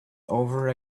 over